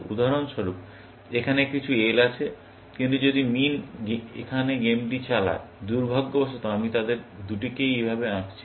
উদাহরণস্বরূপ এখানে কিছু L আছে কিন্তু যদি মিন এখানে গেমটি চালায় দুর্ভাগ্যবশত আমি তাদের দুটিকেই এভাবে আঁকছি